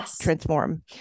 transform